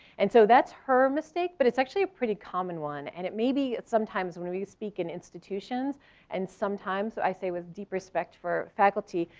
and so that's her mistake. but it's actually a pretty common one and it maybe at sometimes when we speak in institutions and sometimes i say with deep respect for faculty,